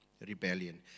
rebellion